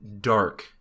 dark